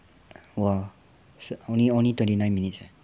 !wah! only only twenty nine minutes eh